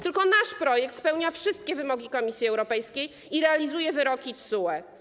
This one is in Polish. Tylko nasz projekt spełnia wszystkie wymogi Komisji Europejskiej i realizuje wyroki TSUE.